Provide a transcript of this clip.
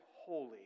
holy